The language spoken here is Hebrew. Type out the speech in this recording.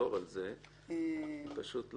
תקופת ההתיישנות מתחילה שוב